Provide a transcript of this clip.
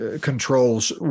controls